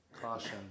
Caution